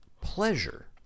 Pleasure